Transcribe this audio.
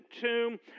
tomb